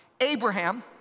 Abraham